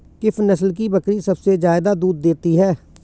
किस नस्ल की बकरी सबसे ज्यादा दूध देती है?